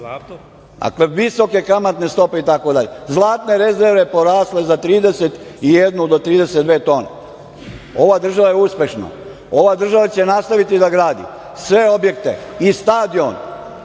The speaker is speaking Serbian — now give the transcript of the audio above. Dakle, visoke kamatne stope itd. Zlatne rezerve porasle za 31 do 32 tone. Ova država je uspešna. Ova država će nastaviti da gradi sve objekte i stadion,